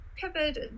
covered